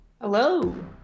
Hello